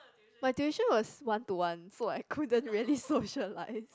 my tuition was one to one so I couldn't really socialize